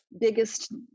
biggest